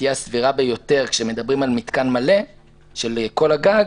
תהיה הסבירה ביותר כשמדברים על מתקן מלא של כל הגג,